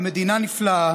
המדינה נפלאה,